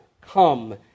come